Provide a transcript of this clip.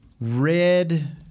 red